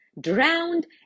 drowned